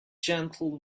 gentle